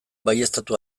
baieztatu